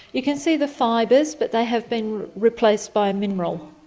you can see the fibres but they have been replaced by a mineral.